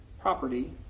property